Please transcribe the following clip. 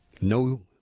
No